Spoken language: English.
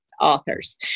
authors